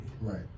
Right